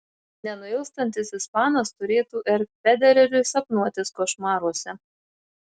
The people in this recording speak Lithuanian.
nenuilstantis ispanas turėtų r federeriui sapnuotis košmaruose